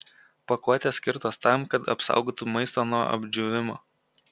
pakuotės skirtos tam kad apsaugotų maistą nuo apdžiūvimo